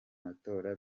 matora